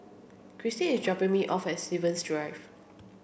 Krystin is dropping me off at Stevens Drive